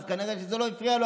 אז כנראה שזה לא הפריע לו,